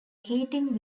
heating